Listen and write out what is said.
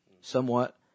somewhat